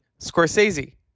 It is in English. Scorsese